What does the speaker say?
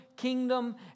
kingdom